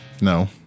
No